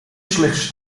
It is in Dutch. slechts